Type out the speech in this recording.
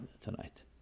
tonight